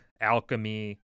alchemy